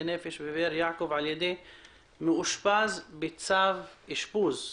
נפש בבאר יעקב על ידי מאושפז בצו אשפוז.